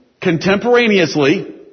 contemporaneously